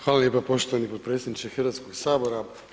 Hvala lijepa poštovani potpredsjedniče Hrvatskoga sabora.